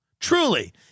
Truly